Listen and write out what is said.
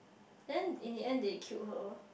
then in the end they killed her